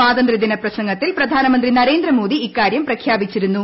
സ്വാതന്ത്ര്യ ദിന പ്രസംഗത്തിൽ പ്രധാനമന്ത്രി നരേന്ദ്ർമോദി ഇക്കാര്യം പ്രഖ്യാപിച്ചിരുന്നു